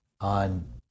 on